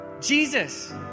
Jesus